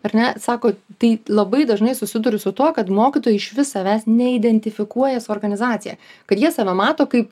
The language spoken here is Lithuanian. ar ne sako tai labai dažnai susiduriu su tuo kad mokytojai išvis savęs neidentifikuoja su organizacija kad jie save mato kaip